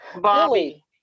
Bobby